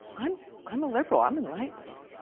i'm i'm a liberal, i'm enlightened.